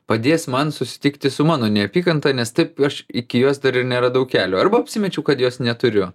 padės man susitikti su mano neapykanta nes taip aš iki jos dar ir neradau kelio arba apsimečiau kad jos neturiu